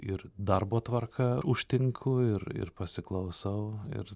ir darbo tvarka užtinku ir ir pasiklausau ir